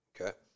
Okay